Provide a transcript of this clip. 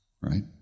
Right